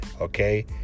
okay